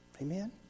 amen